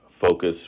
focus